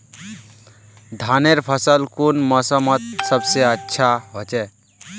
धानेर फसल कुन मोसमोत सबसे अच्छा होचे?